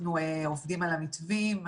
אנחנו עובדים על המתווים,